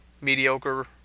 mediocre